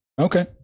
Okay